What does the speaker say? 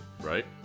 Right